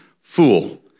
fool